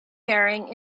barring